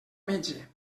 metge